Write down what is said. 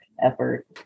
effort